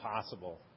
possible